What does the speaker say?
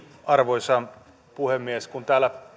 arvoisa puhemies kun täällä